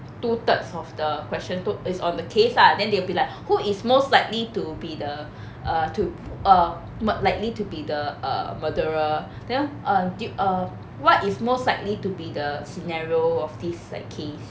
two thirds of the question tw~ is on the case ah then they'll be like who is most likely to be the err to um like likely to be the err murderer then err a tub~ err what is most likely to be the scenario of this like case